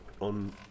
on